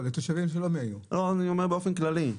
באופן כללי,